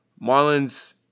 Marlins